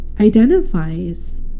identifies